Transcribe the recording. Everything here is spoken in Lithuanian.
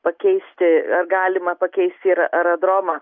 pakeisti ar galima pakeisti ir aerodromą